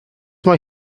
mae